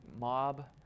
mob